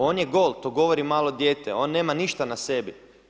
On je gol to govori malo dijete, on nema ništa na sebi.